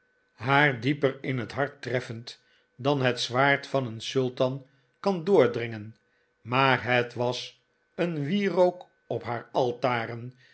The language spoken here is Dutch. haar dieper in het hart treffend dan het zwaard van een sultan kan doordringen maar het was een wierook op haar altaren